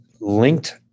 linked